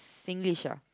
Singlish ah